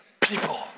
people